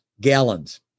gallons